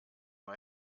nur